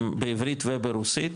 בעברית וברוסית,